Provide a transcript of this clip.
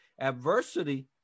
Adversity